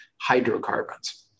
hydrocarbons